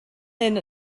hyn